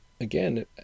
again